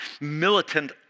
militant